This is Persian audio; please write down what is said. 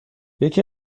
یکی